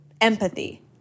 empathy